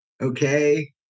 okay